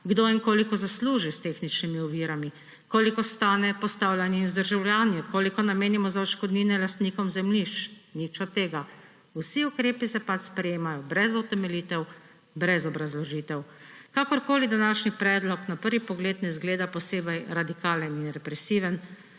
kdo in koliko zasluži s tehničnimi ovirami, koliko stane postavljanje in vzdrževanje, koliko namenimo za odškodnine lastnikom zemljišč. Nič od tega. Vsi ukrepi se pač sprejemajo brez utemeljitev, brez obrazložitev. Kakorkoli današnji predlog na prvi pogled ne zgleda posebej radikalen in represiven,